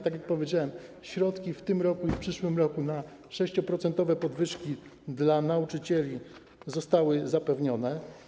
Tak jak powiedziałem, środki w tym roku i w przyszłym roku na 6-procentowe podwyżki dla nauczycieli zostały zapewnione.